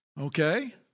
Okay